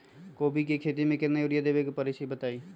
कोबी के खेती मे केतना यूरिया देबे परईछी बताई?